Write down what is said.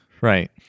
Right